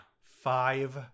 five